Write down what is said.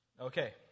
Okay